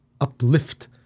uplift